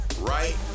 right